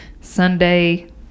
Sunday